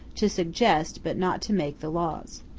to suggest but not to make the laws.